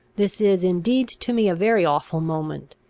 this is indeed to me a very awful moment.